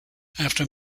after